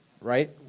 right